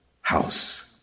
house